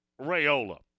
Rayola